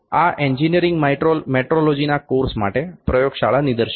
આ એન્જિનિયરિંગ મેટ્રોલોજીના કોર્સ માટે પ્રયોગશાળા નિદર્શન છે